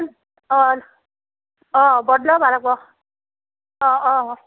অ' অ' বদলাব লাগিব অ' অ'